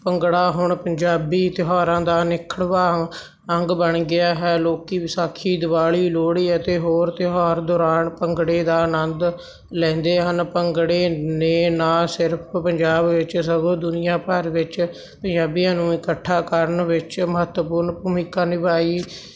ਭੰਗੜਾ ਹੁਣ ਪੰਜਾਬੀ ਤਿਉਹਾਰਾਂ ਦਾ ਅਨਿੱਖੜਵਾਂ ਅੰਗ ਬਣ ਗਿਆ ਹੈ ਲੋਕ ਵਿਸਾਖੀ ਦੀਵਾਲੀ ਲੋਹੜੀ ਅਤੇ ਹੋਰ ਤਿਉਹਾਰਾਂ ਦੌਰਾਨ ਭੰਗੜੇ ਦਾ ਆਨੰਦ ਲੈਂਦੇ ਹਨ ਭੰਗੜੇ ਨੇ ਨਾ ਸਿਰਫ ਪੰਜਾਬ ਵਿੱਚ ਸਗੋਂ ਦੁਨੀਆ ਭਰ ਵਿੱਚ ਪੰਜਾਬੀਆਂ ਨੂੰ ਇਕੱਠਾ ਕਰਨ ਵਿੱਚ ਮਹੱਤਵਪੂਰਨ ਭੂਮਿਕਾ ਨਿਭਾਈ